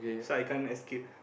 so I can't escape